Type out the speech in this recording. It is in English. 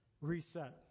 reset